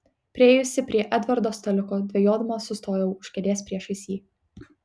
priėjusi prie edvardo staliuko dvejodama sustojau už kėdės priešais jį